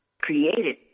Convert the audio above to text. created